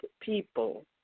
people